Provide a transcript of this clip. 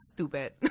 stupid